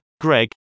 Greg